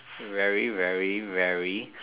very very very